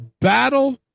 Battle